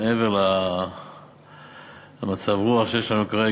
מעבר למצב הרוח שיש לנו כרגע,